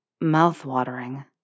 mouth-watering